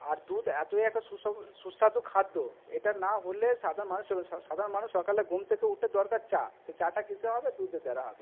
আর দুধ এতোই একটা সুস্বাদু খাদ্য এটা না হলে সাধারণ মানুষ সাধারণ মানুষ সকালে ঘুম থেকে উঠে দরকার চা সেই চা টা কিসে হবে দুধের দ্বারা হবে